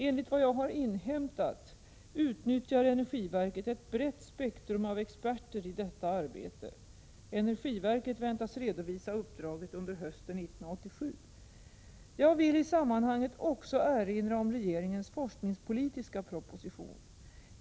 Enligt vad jag har inhämtat utnyttjar energiverket ett brett spektrum av experter i detta arbete. Energiverket väntas redovisa uppdraget under hösten 1987. Jag vill i sammanhanget också erinra om regeringens forskningspolitiska proposition.